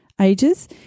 ages